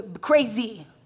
crazy